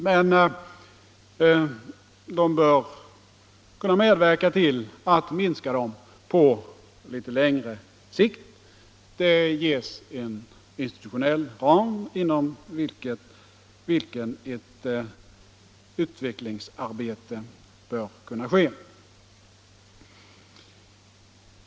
Men de bör kunna medverka till att minska dem på litet längre sikt. Det ges en institutionell ram inom vilken ett utvecklingsarbete bör kunna ske.